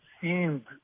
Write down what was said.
seemed